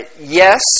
Yes